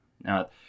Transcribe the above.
Now